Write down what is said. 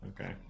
okay